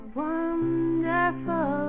wonderful